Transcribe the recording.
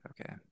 Okay